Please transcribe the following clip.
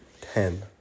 Ten